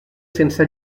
sense